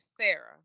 Sarah